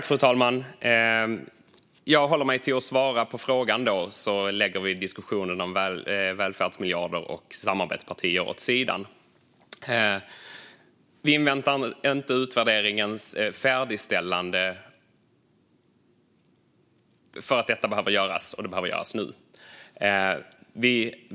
Fru talman! Jag håller mig till att svara på frågan då, så lägger vi diskussionen om välfärdsmiljarder och samarbetspartier åt sidan. Vi inväntar inte utvärderingens färdigställande därför att det här behöver göras nu.